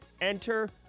enter